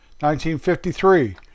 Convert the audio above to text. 1953